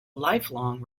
lifelong